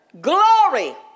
Glory